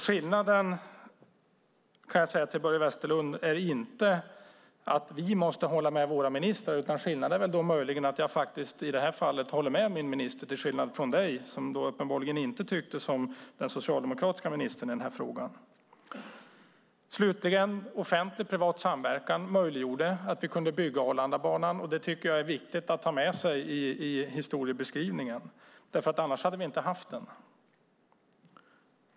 Skillnaden, Börje Vestlund, är att vi inte måste hålla med våra ministrar. Skillnaden i det här fallet är möjligen att jag håller med min minister. Men du tyckte uppenbarligen inte som den socialdemokratiska ministern i den här frågan. Slutligen: Offentlig-privat samverkan möjliggjorde byggandet av Arlandabanan. Det tycker jag är viktigt att ha med i historiebeskrivningen, för annars hade vi inte haft banan.